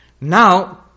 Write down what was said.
Now